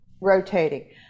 rotating